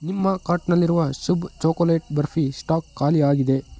ನಿಮ್ಮ ಕಾರ್ಟ್ನಲ್ಲಿರುವ Shubh chocolate barfi stock ಖಾಲಿಯಾಗಿದೆ